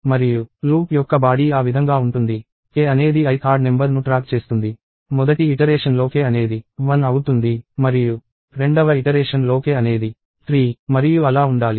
మరియు లూప్ యొక్క బాడీ ఆ విధంగా ఉంటుంది k అనేది ith ఆడ్ నెంబర్ ను ట్రాక్ చేస్తుంది మొదటి ఇటరేషన్లో k అనేది 1 అవుతుంది మరియు రెండవ ఇటరేషన్ లో k అనేది 3 మరియు అలా ఉండాలి